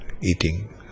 eating